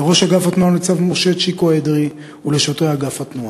לראש אגף התנועה ניצב משה צ'יקו אדרי ולשוטרי אגף התנועה.